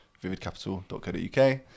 vividcapital.co.uk